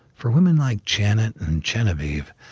for women like janet and genevieve,